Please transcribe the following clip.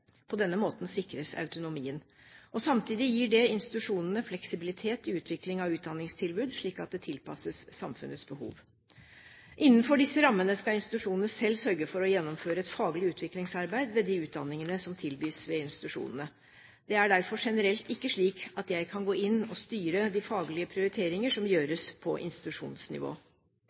På denne måten sikres autonomien. Samtidig gir det institusjonene fleksibilitet i utviklingen av utdanningstilbudet, slik at det er tilpasset samfunnets behov. Innenfor disse rammene skal institusjonene selv sørge for å gjennomføre et faglig utviklingsarbeid ved de utdanningene som tilbys ved institusjonene. Det er derfor generelt ikke slik at jeg kan gå inn og styre de faglige prioriteringer som gjøres på institusjonsnivå.